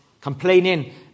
complaining